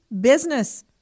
business